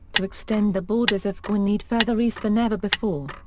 to extend the borders of gwynedd further east than ever before.